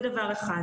זה דבר אחר.